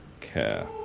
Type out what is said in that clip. care